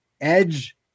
edge